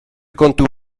kontu